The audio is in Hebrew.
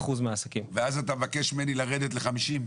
ואז אתה מבקש ממני לרדת ל-50?